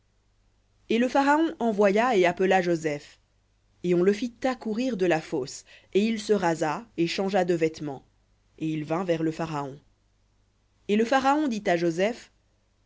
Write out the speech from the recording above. et le pharaon envoya et appela joseph et on le fit accourir de la fosse et il se rasa et changea de vêtements et il vint vers le pharaon et le pharaon dit à joseph